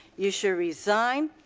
you should resign.